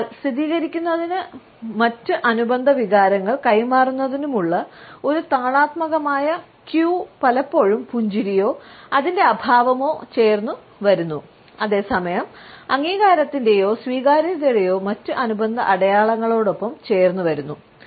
അതിനാൽ സ്ഥിരീകരിക്കുന്നതിനും മറ്റ് അനുബന്ധ വികാരങ്ങൾ കൈമാറുന്നതിനുമുള്ള ഈ താളാത്മകമായ ക്യൂ പലപ്പോഴും പുഞ്ചിരിയോ അതിൻറെ അഭാവമോ ചേർന്നു വരുന്നു അതേ സമയം അംഗീകാരത്തിന്റെയോ സ്വീകാര്യതയുടെയോ മറ്റ് അനുബന്ധ അടയാളങ്ങളോടൊപ്പം ചേർന്നു വരുന്നു